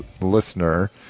listener